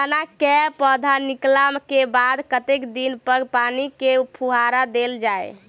चना केँ पौधा निकलला केँ बाद कत्ते दिन पर पानि केँ फुहार देल जाएँ?